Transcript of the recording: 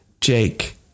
Jake